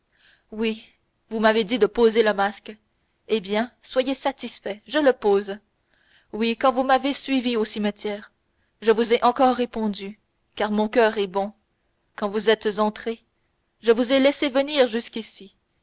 oui vous m'avez dit de poser le masque eh bien soyez satisfait je le pose oui quand vous m'avez suivi au cimetière je vous ai encore répondu car mon coeur est bon quand vous êtes entré je vous ai laissé venir jusqu'ici